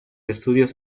estudios